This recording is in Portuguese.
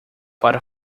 para